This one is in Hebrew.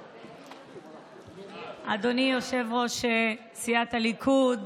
אדוני יושב-ראש סיעת הליכוד